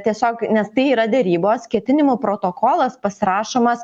tiesiog nes tai yra derybos ketinimų protokolas pasirašomas